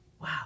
Wow